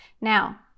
Now